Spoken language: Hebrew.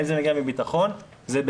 האם זה מגיע מביטחון בעיניי,